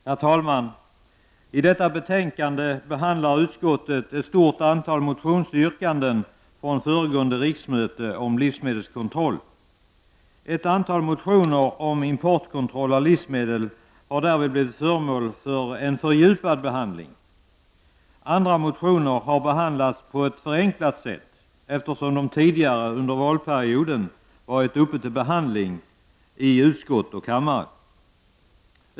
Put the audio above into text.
Herr talman! I detta betänkande behandlar utskottet ett stort antal motionsyrkanden från föregående riksmöte om livsmedelskontroll. Ett antal motioner om importkontroll av livsmedel har därvid blivit föremål för en fördjupad behandling. Andra motioner har behandlats på ett förenklat sätt, eftersom det tidigare under valperioden varit uppe till behandling i utskott och kammare.